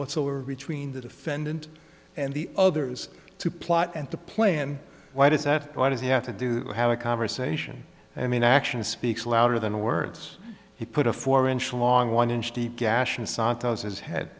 whatsoever between the defendant and the others to plot and to plan why does that why does he have to do to have a conversation i mean action speaks louder than words he put a four inch long one inch deep gash